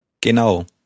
Genau